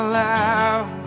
loud